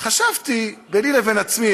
חשבתי ביני לבין עצמי,